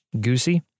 goosey